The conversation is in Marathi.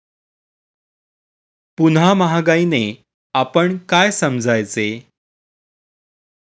पुन्हा महागाईने आपण काय समजायचे?